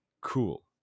cool